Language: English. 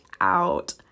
out